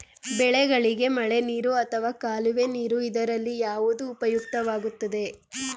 ಬೆಳೆಗಳಿಗೆ ಮಳೆನೀರು ಅಥವಾ ಕಾಲುವೆ ನೀರು ಇದರಲ್ಲಿ ಯಾವುದು ಉಪಯುಕ್ತವಾಗುತ್ತದೆ?